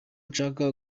nshaka